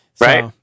Right